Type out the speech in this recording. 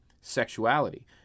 sexuality